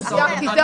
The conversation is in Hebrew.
כי זאת